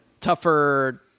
tougher